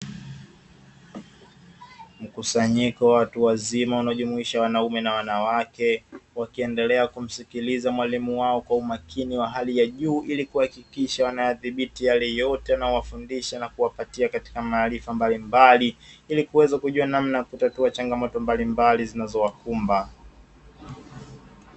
Mkusanyiko wa watu wazima , unaojumuisha wanaume na wanawake , wakiendelea kumsikiliza mwalimu wao kwa umakini wa hali ya juu, ili kuhakikisha wanayathibiti yale yote anayowafundisha na kuwapatia katika maarifa mbalimbali Ili kuweza kujua namna ya kutatua changamoto mbalimbali zinazowakumba.